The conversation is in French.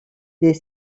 des